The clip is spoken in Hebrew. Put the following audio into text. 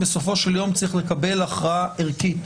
יש לקבל הכרעה ערכית.